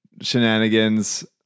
shenanigans